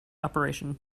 operation